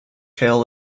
hill